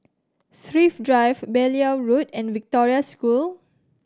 Thrift Drive Beaulieu Road and Victoria School